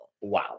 Wow